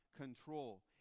control